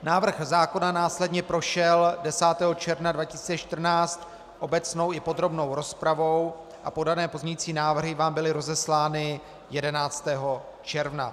Návrh zákona následně prošel 10. června 2014 obecnou i podrobnou rozpravou a podané pozměňující návrhy vám byly rozeslány 11. června.